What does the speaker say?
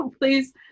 please